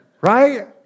right